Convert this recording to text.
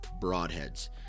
broadheads